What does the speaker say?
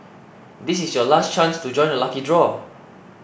this is your last chance to join the lucky draw